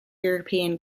european